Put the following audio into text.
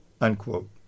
unquote